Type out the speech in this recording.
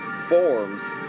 forms